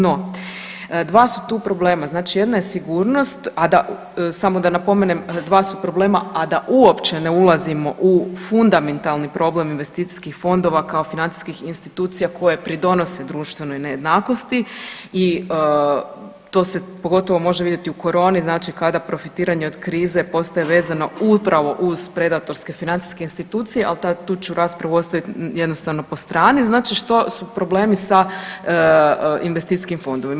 No dva su tu problema, znači jedna je sigurnost, a da, samo da napomenem, dva su problema, a da uopće ne ulazimo u fundamentalni problem investicijskih fondova kao financijskih institucija koje pridonose društvenoj nejednakosti i to se pogotovo može vidjeti u koroni, znači kada profitiranje od krize postaje vezano upravo uz predatorske financijske institucije, al tu ću raspravit ostavit jednostavno po strani, znači što su problemi sa investicijskim fondovima?